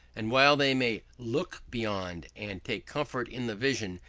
and while they may look beyond, and take comfort in the vision,